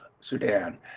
Sudan